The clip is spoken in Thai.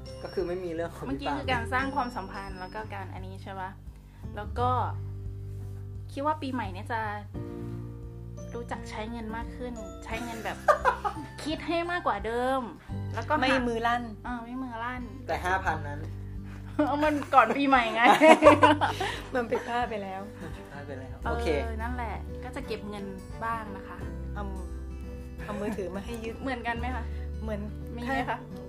ก็คือไม่มีเรื่องของที่ตาม เมื่อกี้คือการสร้างความสัมพันธ์แล้วก็การอันนี้ใช่ปะแล้วก็คิดว่าปีใหม่เนี่ยจะรู้จักใช้เงินมากขึ้นใช้เงินแบบ คิดให้มากกว่าเดิมแล้วก็หาไม่มือลั่นเออไม่มือลั่นแต่ 5,000นั้นเอามันก่อนปีใหม่ไงมันผิดพลาดไปแล้วมันผิดพลาดไปแล้ว OK เออนั่นแหละก็จะเก็บเงินบ้างนะคะเอามือเอามือถือมาให้ยึดเหมือนกันไหมคะเหมือนมีไหมคะ